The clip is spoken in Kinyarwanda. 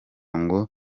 ngo